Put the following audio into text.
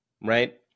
right